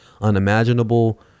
unimaginable